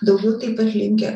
daugiau taip pat linkę